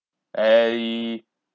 I